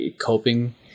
coping